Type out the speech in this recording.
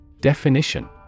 Definition